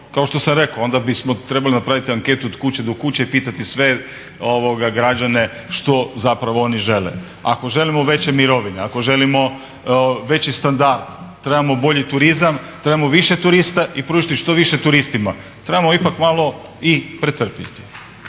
kao što sam rekao. Onda bismo trebali napraviti anketu od kuće do kuće i pitati sve građane što zapravo oni žele, ako želimo veće mirovine, ako želimo veći standard, trebamo bolji turizam, trebamo više turista i pružiti što više turistima. Trebamo ipak malo i pretrpjeti.